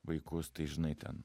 vaikus tai žinai ten